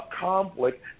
conflict